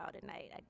tonight